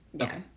Okay